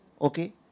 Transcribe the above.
okay